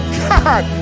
god